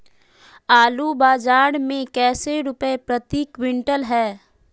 आलू बाजार मे कैसे रुपए प्रति क्विंटल है?